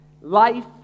life